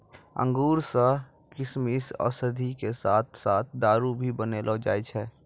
अंगूर सॅ किशमिश, औषधि के साथॅ साथॅ दारू भी बनैलो जाय छै